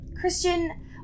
Christian